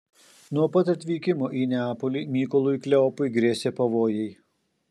nuo pat atvykimo į neapolį mykolui kleopui grėsė pavojai